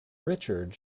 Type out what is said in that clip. richard